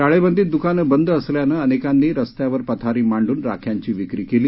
टाळेबंदीत दूकानं बंद असल्यानं अनेकांनी रस्त्यावर पथारी मांडून राख्यांची विक्री केली